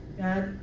God